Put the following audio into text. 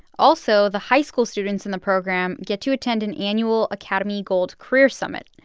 also the high school students in the program get to attend an annual academy gold career summit.